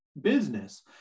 business